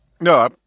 No